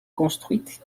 construite